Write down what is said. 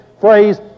phrase